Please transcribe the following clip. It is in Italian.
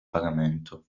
pagamento